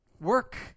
Work